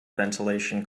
ventilation